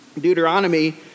Deuteronomy